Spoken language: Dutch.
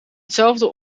hetzelfde